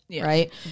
right